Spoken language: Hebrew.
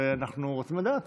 ואנחנו רוצים לדעת,